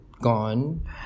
gone